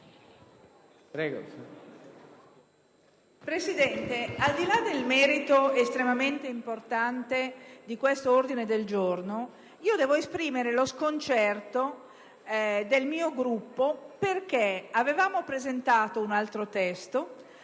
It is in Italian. Presidente, al di là del merito estremamente importante di questo ordine del giorno, devo esprimere lo sconcerto del mio Gruppo: inizialmente infatti avevamo presentato un altro testo,